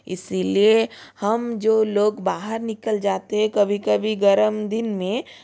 इसी लिए हम जो लोग बाहर निकल जाते हैं कभी कभी गर्म दिन में